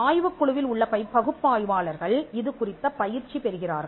ஆய்வுக் குழுவில் உள்ள பகுப்பாய்வாளர்கள் இது குறித்த பயிற்சி பெறுகிறார்கள்